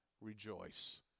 rejoice